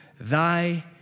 thy